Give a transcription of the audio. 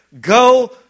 go